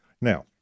Now